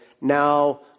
now